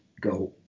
go